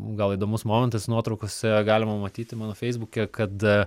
gal įdomus momentas nuotraukose galima matyti mano feisbuke kad